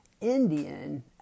Indian